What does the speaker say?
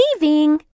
leaving